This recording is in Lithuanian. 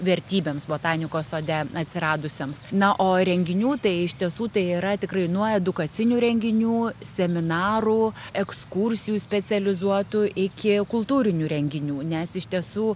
vertybėms botanikos sode atsiradusioms na o renginių tai iš tiesų tai yra tikrai nuo edukacinių renginių seminarų ekskursijų specializuotų iki kultūrinių renginių nes iš tiesų